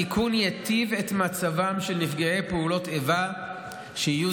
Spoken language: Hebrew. התיקון ייטיב את מצבם של נפגעי פעולות איבה שיהיו